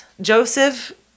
Joseph